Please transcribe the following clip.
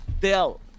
tell